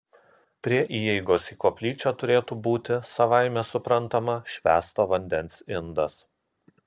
prie įeigos į koplyčią turėtų būti savaime suprantama švęsto vandens indas